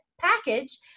package